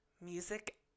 Music